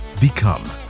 become